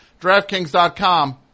DraftKings.com